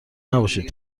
نباشید